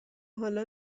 حالا